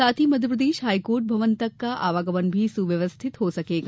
साथ ही मध्यप्रदेश हाईकोर्ट भवन तक का आवागमन भी सुव्यवस्थित हो सकेगा